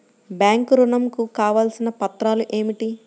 Bank ఋణం కు కావలసిన పత్రాలు ఏమిటి?